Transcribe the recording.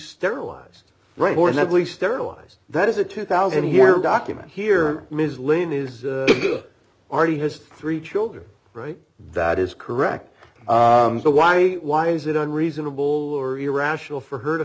sterilized right more heavily sterilized that is a two thousand here document here ms lin is already has three children right that is correct so why why is it unreasonable or irrational for her to